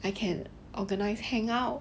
I can organise hang out